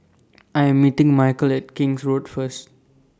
I Am meeting Michel At King's Road First